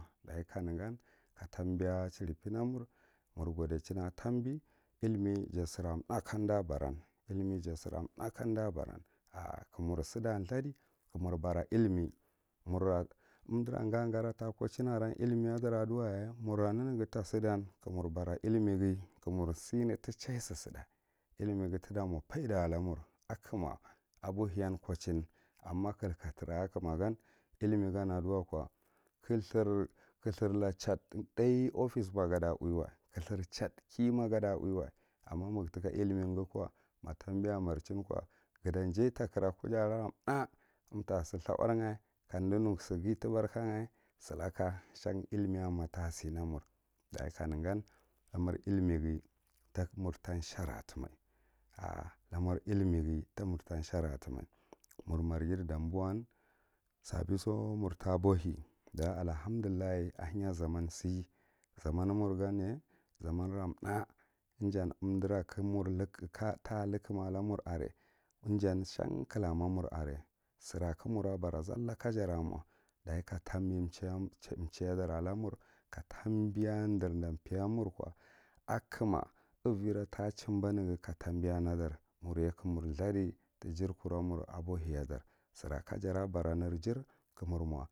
Dachiye negan kambiya chirepenna mur, mur godichin a tambi, illimi ja sira thá kada baram, illimi ja sira thá kanda baran, ar ka mur sida thughdi ka mur bara illimi mura umdira gaga aran ta kochin aran illimian witiwaya mura neneghi tasidan ka mur bara illimighi ka mur sine ticha susudda illimighi tita mo faida ala mur a kamma aboheyan kochin amma kithura chat thúhy office ma ga de uwiwa, kuthura chat kiya magada uwiwa, amma ma ga tika illimi ko ma tambi amrchin ko, ga ta jay ta kira kujara tháh umta si thuur’ urran ga kadinu sighi timarka ar silaka shan illimiyanma tasina mur dachi ka ta shera timai, mur marghi dambo’a sambi so mur tabohe dachi allahamdullah ahenya zaman si zaman n amur ganye zaman ara thái ija umdira talukum alamur arenye sa injan shan clam amur are dachi katambi, chi chiya dara lamar ka tambiya drada peya mur ko a kuma avira tachimbaneghi katambiyai na dar, marye ka mur thulhadi hjarkira mar abohedar sira kafara bara ner jir kamur mo.